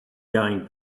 going